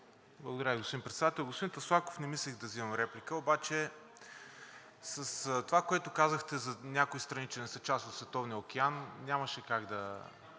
Благодаря Ви, господин Председател. Господин Таслаков, не мислех да взимам реплика, обаче с това, което казахте за някои страни, че не са част от Световния океан, нямаше как да